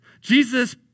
Jesus